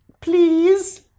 Please